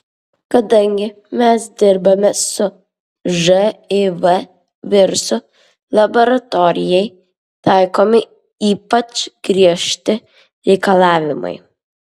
kadangi mes dirbame su živ virusu laboratorijai taikomi ypač griežti reikalavimai